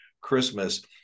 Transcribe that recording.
Christmas